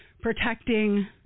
protecting